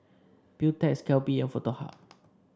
Beautex Calbee and Foto Hub